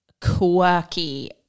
quirky